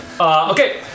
Okay